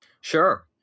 Sure